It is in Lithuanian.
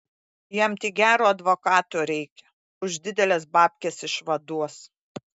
jam tik gero advokato reikia už dideles babkes išvaduos